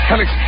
Alex